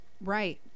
Right